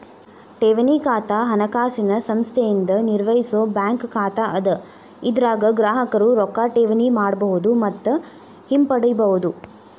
ಠೇವಣಿ ಖಾತಾ ಹಣಕಾಸಿನ ಸಂಸ್ಥೆಯಿಂದ ನಿರ್ವಹಿಸೋ ಬ್ಯಾಂಕ್ ಖಾತಾ ಅದ ಇದರಾಗ ಗ್ರಾಹಕರು ರೊಕ್ಕಾ ಠೇವಣಿ ಮಾಡಬಹುದು ಮತ್ತ ಹಿಂಪಡಿಬಹುದು